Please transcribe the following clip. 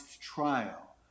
trial